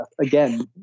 Again